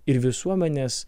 ir visuomenės